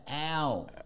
Ow